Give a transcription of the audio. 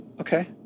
Okay